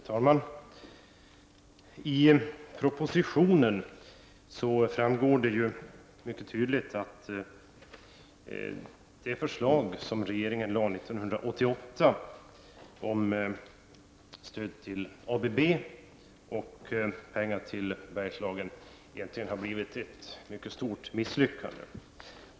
Herr talman! Av propositionen framgår det tydligt att det förslag som regeringen lade fram 1988 om stöd till ABB och pengar till Bergslagen har blivit ett mycket stort misslyckande.